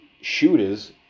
shooters